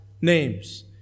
names